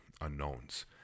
unknowns